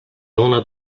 ona